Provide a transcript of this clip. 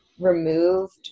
removed